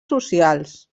socials